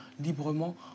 librement